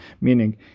Meaning